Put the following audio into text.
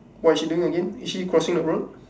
what is she doing again is she crossing the road